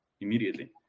immediately